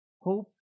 Hope